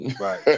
right